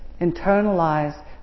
internalize